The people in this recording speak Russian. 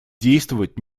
действовать